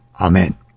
Amen